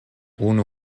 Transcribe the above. unu